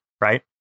right